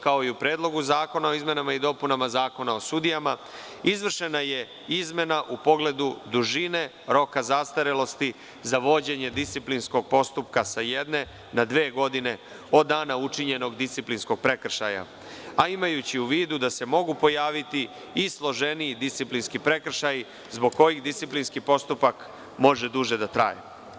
Kao i u Predlogu zakona o izmenama i dopunama Zakona o sudijama, izvršena je izmena u pogledu dužine roka zastarelosti za vođenje disciplinskog postupka sa jedne na dve godine od dana učinjenog disciplinskog prekršaja, a imajući u vidu da se mogu pojaviti i složeniji disciplinski prekršaji zbog kojih disciplinski postupak može duže da traje.